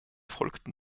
folgten